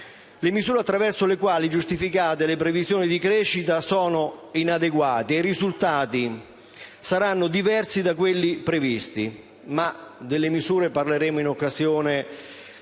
Le misure attraverso le quali giustificate le previsioni di crescita sono inadeguate e i risultati saranno diversi da quelli previsti. Ma delle misure parleremo in occasione